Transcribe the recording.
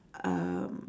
um